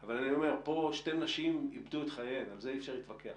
אבל אני אומר שכאן שתי נשים איבדו את חייהן ועל זה אי אפשר להתווכח